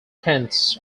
tenths